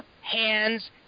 Hands